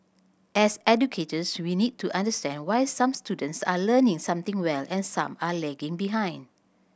as educators we need to understand why some students are learning something well and some are lagging behind